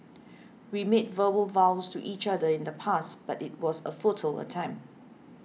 we made verbal vows to each other in the past but it was a futile attempt